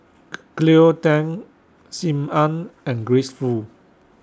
Cleo Thang SIM Ann and Grace Fu